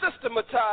systematize